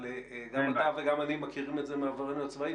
אבל גם אתה וגם אני מכירים את זה מעברנו הצבאי.